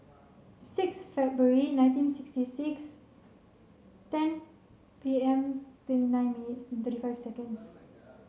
six February nineteen sixty six ten P M twenty nine minutes thirty five seconds